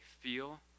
feel